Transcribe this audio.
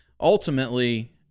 ultimately